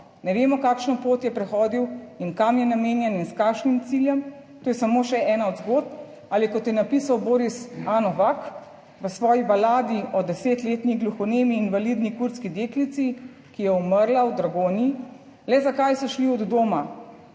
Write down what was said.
ne vemo, kakšno pot je prehodil in kam je namenjen in s kakšnim ciljem. To je samo še ena od zgodb, ali kot je napisal Boris A. Novak v svoji baladi o desetletni gluhonemi invalidni kurdski deklici, ki je umrla v Dragonji: »Le zakaj so šli od doma?